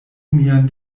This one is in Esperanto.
mian